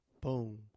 boom